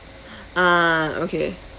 ah okay